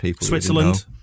Switzerland